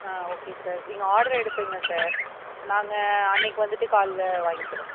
ஆ okay sir நீங்கள் order எடுத்துக்கங்க sir நாங்கள் அன்றைக்கு வந்துவிட்டு காலைல வாங்கிக்கிறோம்